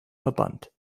verband